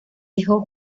dejó